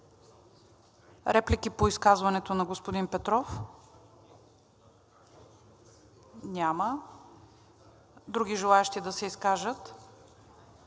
Реплики по изказването на господин Петров? Няма. Други желаещи да се изкажат